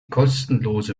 kostenlose